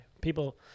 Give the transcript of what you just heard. people –